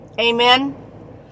Amen